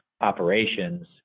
operations